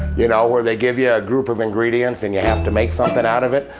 you know where they give you a group of ingredients and you have to make something out of it,